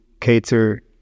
cater